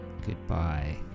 Goodbye